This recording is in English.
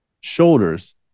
shoulders